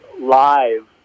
live